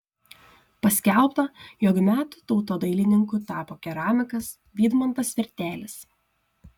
paskelbta jog metų tautodailininku tapo keramikas vydmantas vertelis